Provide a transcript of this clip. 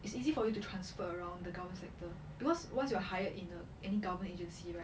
it's easy for you to transfer around the government sector because once you are hired in a any government agency right